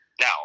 Now